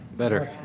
better?